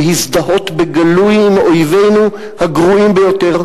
להזדהות בגלוי עם אויבינו הגרועים ביותר,